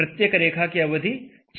प्रत्येक रेखा की अवधि 6 मिनट होगी